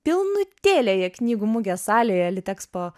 pilnutėlėje knygų mugės salėje litekspo